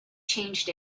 changed